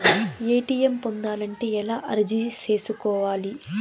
ATM పొందాలంటే ఎలా అర్జీ సేసుకోవాలి?